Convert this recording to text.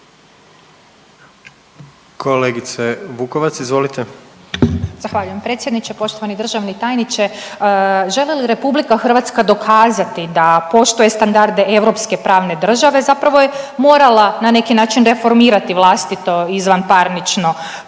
Ružica (Nezavisni)** Zahvaljujem predsjedniče. Poštovani državni tajniče želi li Republika Hrvatska dokazati da poštuje standarde europske pravne države zapravo je morala na neki način reformirati vlastito izvanparnično